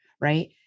right